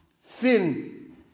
sin